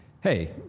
hey